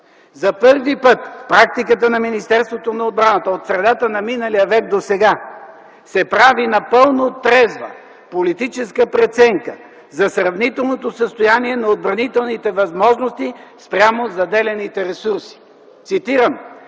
За първи път в практиката на Министерството на отбраната от средата на миналия век досега се прави напълно трезва политическа преценка за сравнителното състояние на отбранителните възможности спрямо заделяните ресурси: „Освен